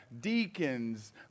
deacons